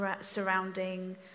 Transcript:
surrounding